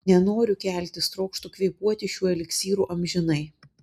nenoriu keltis trokštu kvėpuoti šiuo eliksyru amžinai